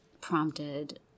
prompted